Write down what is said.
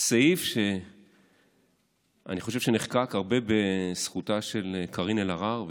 סעיף שאני חושב שנחקק הרבה בזכותה של קארין אלהרר ובזכותי,